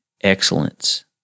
excellence